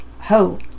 Ho